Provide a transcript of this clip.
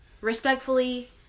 respectfully